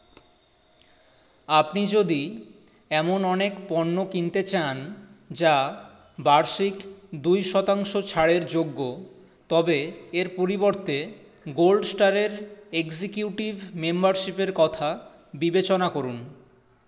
আপনি যদি এমন অনেক পণ্য কিনতে চান যা বার্ষিক দুই শতাংশ ছাড়ের যোগ্য তবে এর পরিবর্তে গোল্ড স্টারের এক্সিকিউটিভ মেম্বারশিপের কথা বিবেচনা করুন